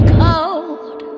cold